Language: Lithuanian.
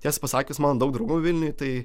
tiesą pasakius mano daug draugų vilniuj tai